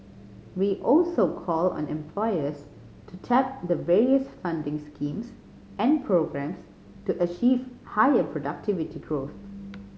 we also call on employers to tap the various funding schemes and programmes to achieve higher productivity growth